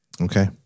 Okay